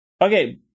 Okay